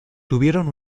tuvieron